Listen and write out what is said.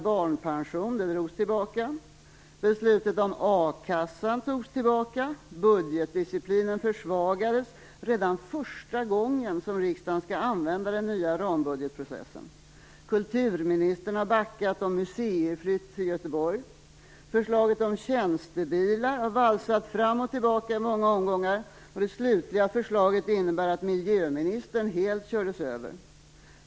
Beslutet om a-kassan togs tillbaka. Budgetdisciplinen försvagades redan första gången riksdagen skall använda den nya rambudgetprocessen. Kulturministern har backat om museiflytt till Göteborg. Förslaget om tjänstebilar har valsat fram och tillbaka i många omgångar. Det slutliga förslaget innebär att miljöministern helt kördes över.